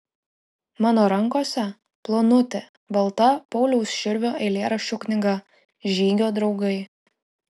mano rankose plonutė balta pauliaus širvio eilėraščių knyga žygio draugai